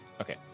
Okay